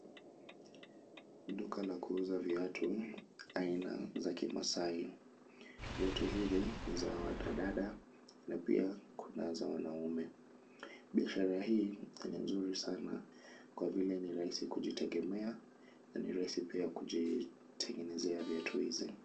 Duka la kuuza viatu aina za kimaasai. Viatu hizi ni za wanadada na pia kuna za wanaume. Biashara hii ni nzuri sana kwa vile ni rahisi kujitegemea na ni rahisi pia kujitengenezea viatu hizi.